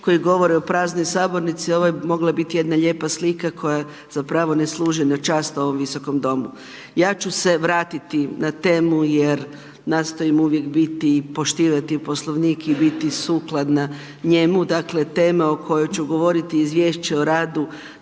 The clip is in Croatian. koje govore o praznoj sabornici, ovo je mogla biti jedna lijepa slika koja zapravo ne služi na čast ovom Visokom domu. Ja ću se vratiti na temu jer nastojim uvijek biti i poštivati Poslovnik i biti sukladna njemu, dakle tema o kojoj ću govoriti je Izvješće o radu